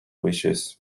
wishes